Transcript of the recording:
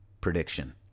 prediction